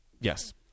Yes